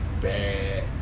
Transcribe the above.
bad